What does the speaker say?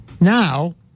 Now